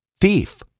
Thief